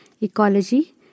ecology